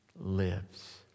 lives